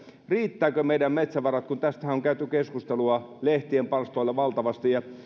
riittävätkö meidän metsävaramme tästähän on käyty keskustelua lehtien palstoilla valtavasti ja